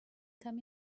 come